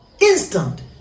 instant